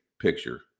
picture